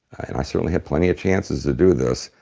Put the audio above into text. and i certainly had plenty of chances to do this,